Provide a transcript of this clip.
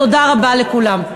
תודה רבה לכולם.